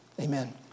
Amen